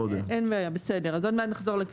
קודם כל בוא נתחיל, שר יכול לפנות לשר.